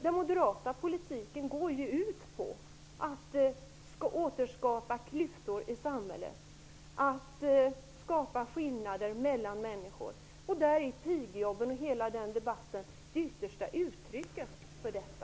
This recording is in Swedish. Den moderata politiken går ju ut på att återskapa klyftor i samhället och på att skapa skillnader mellan människor. Pigjobben och hela den debatten är det yttersta uttrycket för detta.